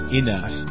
enough